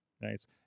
Nice